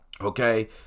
Okay